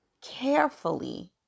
carefully